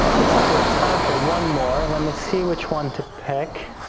looks like we have time for one more. let see which one to pick.